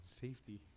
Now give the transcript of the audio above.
safety